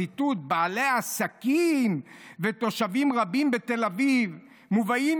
ציטוט: "בעלי עסקים ותושבים רבים בתל אביב" מובאים